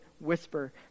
whisper